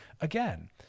again